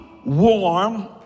warm